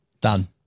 Done